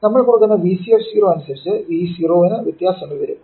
നമ്മൾ കൊടുക്കുന്ന Vc അനുസരിച്ച് V0 നു വ്യത്യാസങ്ങൾ വരും